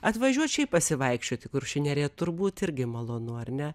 atvažiuot šiaip pasivaikščiot į kuršių neriją turbūt irgi malonu ar ne